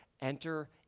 Enter